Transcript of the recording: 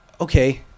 okay